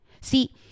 see